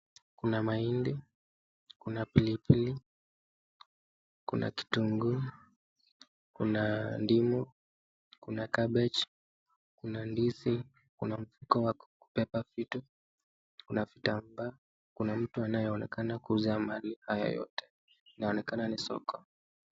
Kuna mahindi, kuna pilipili, kuna kitunguu, kuna ndimu kuna cabbage , kuna ndizi kuna mkoba wa kubeba vitu kuna vitambaa kuna mtu anayeonekana kuuza mali hayo yote inaonekana ni soko.